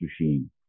Machine